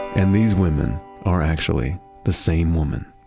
and these women are actually the same woman.